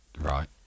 Right